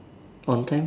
on time